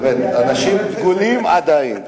באמת, אנשים דגולים עדיין.